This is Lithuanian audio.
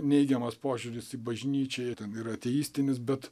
neigiamas požiūris į bažnyčią jei ten ir ateistinis bet